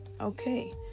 okay